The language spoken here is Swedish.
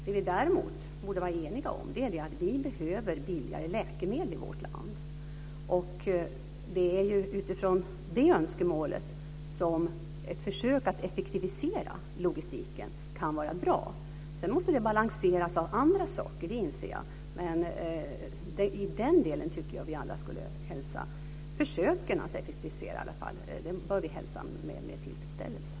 Det vi däremot borde vara eniga om är att vi behöver billigare läkemedel i vårt land. Det är ju utifrån det önskemålet som ett försök att effektivisera logistiken kan vara bra. Sedan måste det balanseras med andra saker, det inser jag. Men i den delen tycker jag att vi alla med tillfredsställelse skulle hälsa försöken att effektivisera.